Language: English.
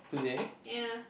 yeah